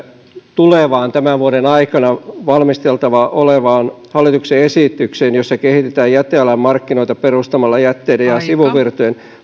tulevaan tämän vuoden aikana valmisteltavana olevaan hallituksen esitykseen jossa kehitetään jätealan markkinoita perustamalla jätteiden ja ja sivuvirtojen